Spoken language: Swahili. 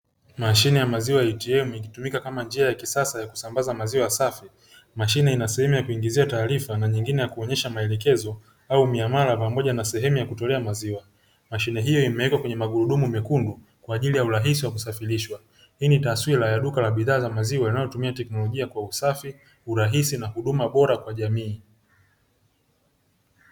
Mashine ya maziwa ATM ikitumika kama njia ya kisasa ya kusambaza mziwa safi, mashine ina sehehu ya kuingizia taarifa na nyigine ya kuonyesha maelekezo au miamala pamoja na sehemu ya kutolea maziwa, mashine hiyo imewekwa kwenye magurudumu mekundu kwa ajili ya urahisi kusafirishwa, hii ni taswira ya duka la bidhaa za maziwa linalotumia teknolojia kwa usafi ,urahisi na huduma bora kwa jamii.